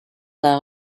lao